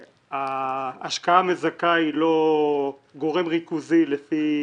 שההשקעה המזכה היא לא גורם ריכוזי לפי